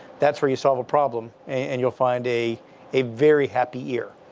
that's where you solve a problem. and you'll find a a very happy ear.